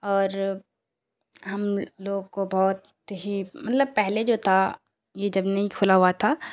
اور ہم لوگ کو بہت ہی مطلب پہلے جو تھا یہ جب نہیں کھلا ہوا تھا